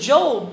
Job